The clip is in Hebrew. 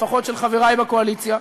לפחות של חברי בקואליציה,